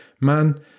man